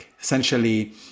Essentially